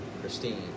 Christine